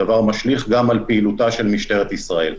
הדבר משליך גם על פעילותה של משטרת ישראל.